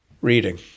reading